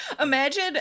imagine